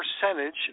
percentage